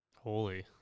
Holy